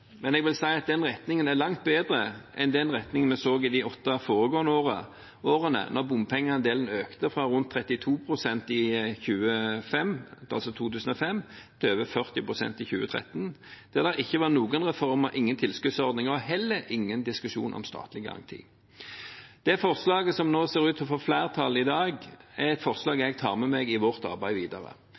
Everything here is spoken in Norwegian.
men jeg vil si at denne retningen er langt bedre enn den retningen vi så i de åtte foregående årene – da bompengeandelen økte fra rundt 32 pst. i 2005 til over 40 pst. i 2013, og det ikke var noen reformer, ingen tilskuddsordninger og heller ingen diskusjon om statlig garanti. De forslagene som nå ser ut til å få flertall i dag, er forslag jeg tar med meg i vårt arbeid videre.